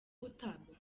gutabwa